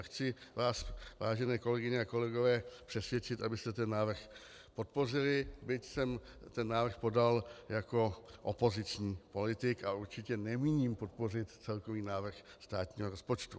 Chci vás, vážené kolegyně a kolegové, přesvědčit, abyste ten návrh podpořili, byť jsem ten návrh podal jako opoziční politik a určitě nemíním podpořit celkový návrh státního rozpočtu.